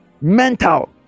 mental